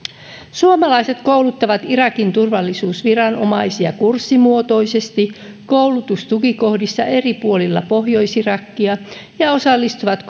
suomalaiset kouluttavat irakin turvallisuusviranomaisia kurssimuotoisesti koulutustukikohdissa eri puolilla pohjois irakia ja osallistuvat